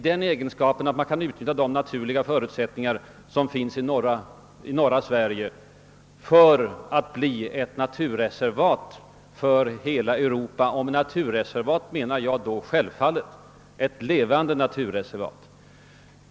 — därigenom att man kan utnyttja de naturliga förutsättningar som finns i nor ra Sverige som kommer att vara ett naturreservat för hela Europa. Och med naturreservat menar jag då självfallet ett reservat av levande natur.